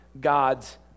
God's